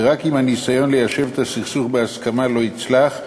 ורק אם הניסיון ליישב את הסכסוך בהסכמה לא יצלח,